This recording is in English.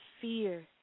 fear